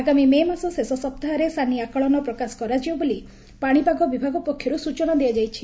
ଆଗାମୀ ମେ' ମାସ ଶେଷ ସପ୍ତାହରେ ସାନି ଆକଳନ ପ୍ରକାଶ କରାଯିବ ବୋଲି ପାଶିପାଗ ବିଭାଗ ପକ୍ଷରୁ ସୂଚନା ଦିଆଯାଇଛି